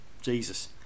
Jesus